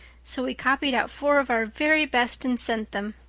so we copied out four of our very best and sent them.